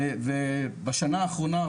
ובשנה האחרונה,